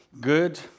good